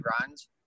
runs